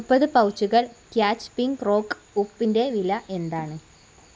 മുപ്പത് പൗച്ചുകൾ Catch pink rock ഉപ്പിൻ്റെ വില എന്താണ്